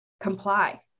comply